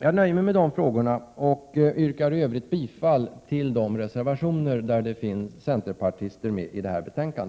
Jag nöjer mig med detta och yrkar bifall till de reservationer i betänkandet som centerpartisterna står bakom.